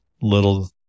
little